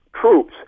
troops